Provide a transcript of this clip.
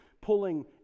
pulling